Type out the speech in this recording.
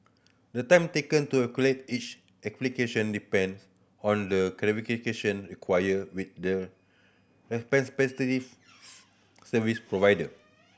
the time taken to each application depends on the clarification required with the service provider